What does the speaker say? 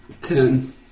Ten